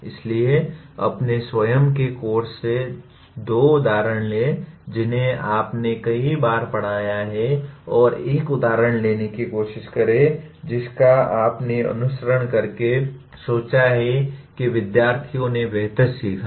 इसलिए अपने स्वयं के कोर्स से दो उदाहरण लें जिन्हें आपने कई बार पढ़ाया है और एक उदाहरण लेने की कोशिश करे जिसका आपने अनुसरण करके सोचा है कि विद्यार्थियों ने बेहतर सीखा है